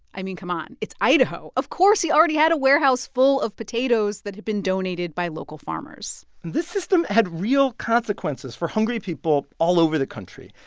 i mean, come on it's idaho. of course he already had a warehouse full of potatoes that had been donated by local farmers this system had real consequences for hungry people all over the country.